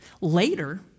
Later